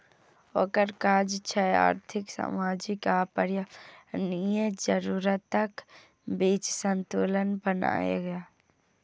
ओकर काज छै आर्थिक, सामाजिक आ पर्यावरणीय जरूरतक बीच संतुलन बनेनाय